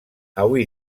avui